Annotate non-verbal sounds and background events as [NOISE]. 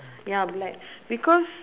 [BREATH] ya black because